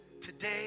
Today